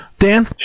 dan